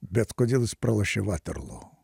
bet kodėl jis pralošė vaterlo